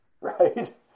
right